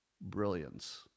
brilliance